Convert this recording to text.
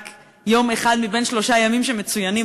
זה רק יום אחד מבין שלושה ימים שמצוינים,